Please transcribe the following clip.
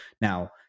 now